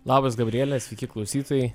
labas gabriele sveiki klausytojai